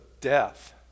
death